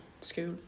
school